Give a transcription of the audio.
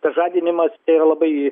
pažadinimas tai yra labai